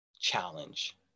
challenge